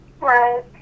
Right